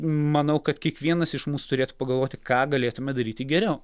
manau kad kiekvienas iš mūsų turėtų pagalvoti ką galėtume daryti geriau